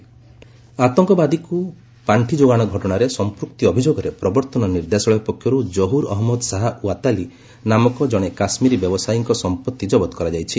ED Watali ଆତଙ୍କବାଦୀଙ୍କୁ ପାର୍ଷି ଯୋଗାଣ ଘଟଣାରେ ସମ୍ପୁକ୍ତି ଅଭିଯୋଗରେ ପ୍ରବର୍ତ୍ତନ ନିର୍ଦ୍ଦେଶାଳୟ ପକ୍ଷରୁ ଜହୁର୍ ଅହମ୍ମଦ ଶାହା ୱାତାଲି ନାମକ ଜଣେ କାଶ୍ମୀରୀ ବ୍ୟବସାୟୀଙ୍କ ସମ୍ପତ୍ତି କବତ କରାଯାଇଛି